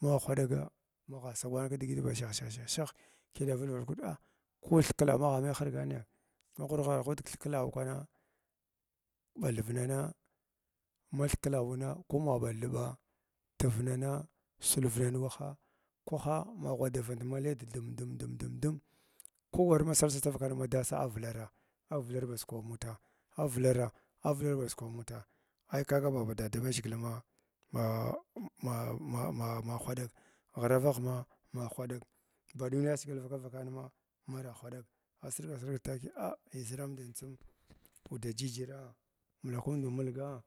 Magh hwaɗaga magha sagwan kizhiʒi ba shah shah shah kiyi dvulgar kuda a ko thakalaw agh mai havganiya ma ko hirghant hirg kathkalau kwang ɓath vinang math klawma ma ba thiɓa tuvnana silvnan waha kwaha ma ghwadvant ma lea thim dum dum dum ku war ma sirsig davakar madasi avulara avukar baʒa kwaɓa mota avukra avukar baʒ kwaɓa mutz a kaga ma babla da maʒhgilma ma maa ma hahwaɗaga ghiravagh ma huraɗag baɗum liyasagb daraka vakan ma naru hwaɗag asirga sirga fakiya a lizirandin tsim uuda jijiraa mula kumdu mulga